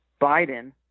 Biden